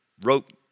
Wrote